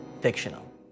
fictional